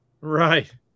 Right